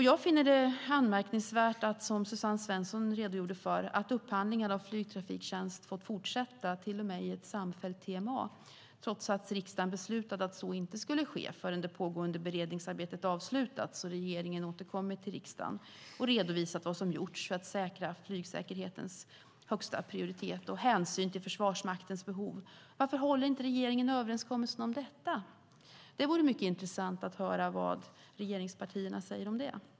Jag finner det anmärkningsvärt att upphandlingar av flygtrafiktjänst fått fortsätta, som Suzanne Svensson redogjorde för, till och med i ett samfällt TMA, trots att riksdagen beslutat att så inte skulle ske förrän det pågående beredningsarbetet avslutats och regeringen återkommit till riksdagen och redovisat vad som gjorts för att säkra flygsäkerhetens högsta prioritet och hänsyn till Försvarsmaktens behov. Varför håller inte regeringen överenskommelsen om detta? Det vore mycket intressant att höra vad regeringspartierna säger om det.